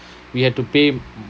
we had to pay